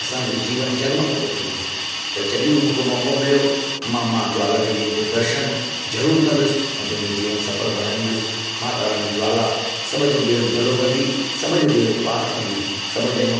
असांजो जीवन जगमग थो थी वञे त जॾहिं बि मूंखे मौको मिलियो मां मां ज्वाला देवीअ जो दर्शन ज़रूरु कंदुसि पंहिंजो जीवन सफल बणाईंदुसि माता रानी ज्वाला सभ जो भे भलो कंदी सभ जो बेड़ो पार कंदी सभ जे मथा